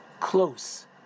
close